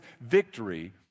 victory